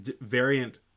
variant